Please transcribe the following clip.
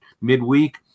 midweek